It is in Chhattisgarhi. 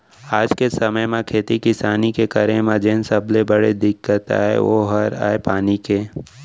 आज के समे म खेती किसानी के करे म जेन सबले बड़े दिक्कत अय ओ हर अय पानी के